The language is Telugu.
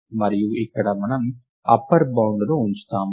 మరియు ఇక్కడ మనము అప్పర్ బౌండ్ను ఉంచుతాము